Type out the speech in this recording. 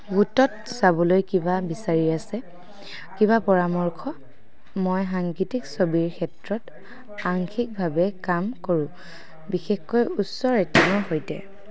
ৱোটত চাবলৈ কিবা বিচাৰি আছে কিবা পৰামৰ্শ মই সাংগীতিক ছবিৰ ক্ষেত্ৰত আংশিকভাৱে কাম কৰোঁ বিশেষকৈ উচ্চ ৰেটিঙৰ সৈতে